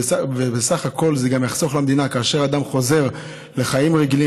ובסך הכול זה גם יחסוך למדינה: כאשר אדם חוזר לחיים רגילים,